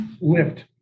lift